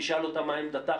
תשאל אותה מה עמדתה,